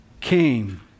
came